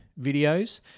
videos